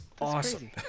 awesome